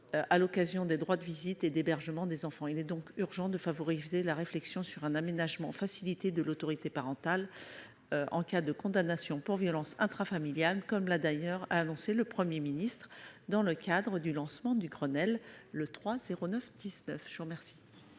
à l'occasion des droits de visite et d'hébergement des enfants. Il est donc urgent de favoriser la réflexion sur un aménagement facilité de l'autorité parentale en cas de condamnation pour violences intrafamiliales, comme l'a d'ailleurs annoncé le Premier ministre dans le cadre du lancement du Grenelle des violences